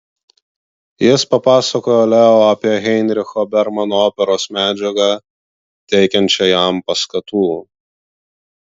jis papasakojo leo apie heinricho bermano operos medžiagą teikiančią jam paskatų